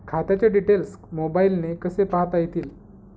खात्याचे डिटेल्स मोबाईलने कसे पाहता येतील?